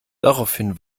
daraufhin